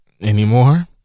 anymore